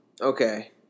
Okay